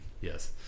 yes